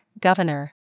Governor